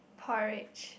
porridge